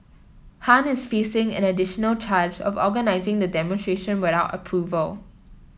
Han is facing an additional charge of organising the demonstration without approval